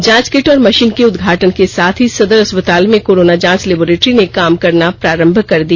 जांच किट और मशीन के उद्घाटन के साथ ही सदर अस्पताल में कोरोना जांच लेबोरेटरी ने काम करना प्रारंभ कर दिया